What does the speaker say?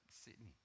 Sydney